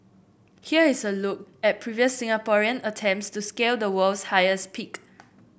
here is a look at previous Singaporean attempts to scale the world's highest peak